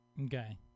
okay